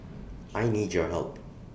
I need your help